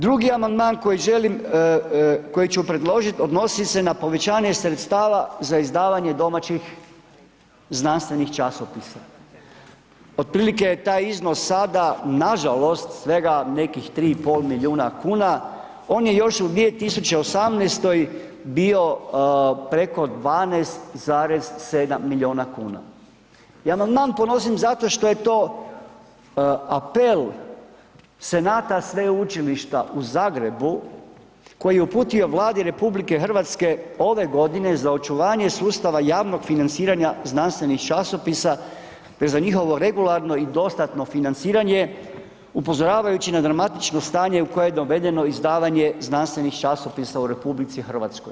Drugi amandman koji želim, koji ću predložit, odnosi se na povećanje sredstava za izdavanje domaćih znanstvenih časopisa, otprilike je taj iznos sada nažalost svega nekih 3,5 milijuna kuna, on je još u 2018. bio preko 12,7 milijuna kuna i amandman podnosim zato što je to apel senata Sveučilišta u Zagrebu koji je uputio Vladi RH ove godine za očuvanje sustava javnog financiranja znanstvenih časopisa, te za njihovo regularno i dostatno financiranje upozoravajući na dramatično stanje u koje je dovedeno izdavanje znanstvenih časopisa u RH.